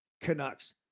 Canucks